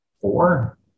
four